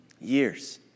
Years